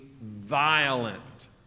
violent